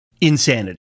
insanity